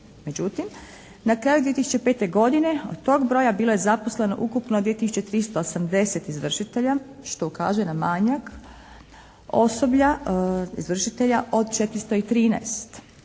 Međutim, na kraju 2005. godine od tog broja bilo je zaposleno ukupno 2 tisuće 380 izvršitelja što ukazuje na manjak osoblja izvršitelja od 413.